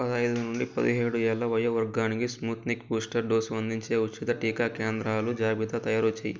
పదహైదు నుండి పదిహేడు ఏళ్ళ వయో వర్గానికి స్పుత్నిక్ బూస్టర్ డోసు అందించే ఉచిత టీకా కేంద్రాలు జాబితా తయారుచెయ్యి